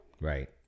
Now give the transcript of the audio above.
right